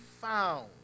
found